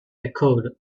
echoed